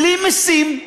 בלי משים,